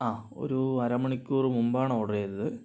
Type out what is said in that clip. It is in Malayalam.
ആ ഒരു അരമണിക്കൂർ മുമ്പാണ് ഓർഡർ ചെയ്തത്